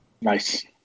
Nice